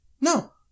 No